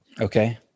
Okay